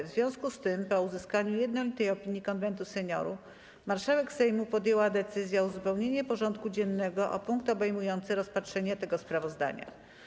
W związku z tym, po uzyskaniu jednolitej opinii Konwentu Seniorów, marszałek Sejmu podjęła decyzję o uzupełnieniu porządku dziennego o punkt obejmujący rozpatrzenie tego sprawozdania.